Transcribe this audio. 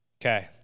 Okay